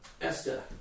Esther